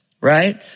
right